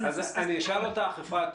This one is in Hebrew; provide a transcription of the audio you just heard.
אשאל אותך, אפרת,